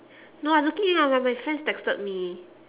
no I looking at my my friends texted me